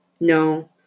No